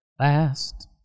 Last